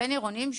הבין-עירוניים,